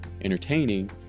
entertaining